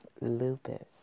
Lupus